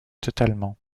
totalement